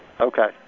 Okay